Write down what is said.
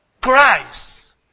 Christ